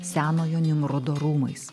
senojo nimrodo rūmais